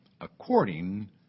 According